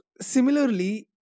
similarly